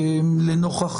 לנוכח